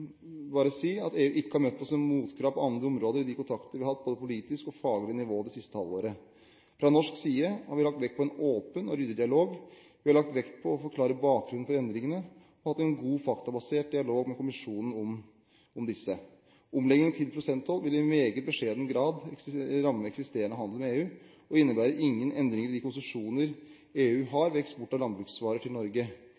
bare si at EU ikke har møtt oss med motkrav på andre områder i de kontakter vi har hatt både på politisk og faglig nivå det siste halvåret. Fra norsk side har vi lagt vekt på en åpen og ryddig dialog. Vi har lagt vekt på å forklare bakgrunnen for endringene og hatt en god faktabasert dialog med kommisjonen om disse. Omleggingen til prosenttoll vil i meget beskjeden grad ramme eksisterende handel med EU og innebærer ingen endringer i de konsesjoner EU